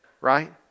right